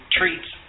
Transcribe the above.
treats